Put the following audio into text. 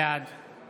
בעד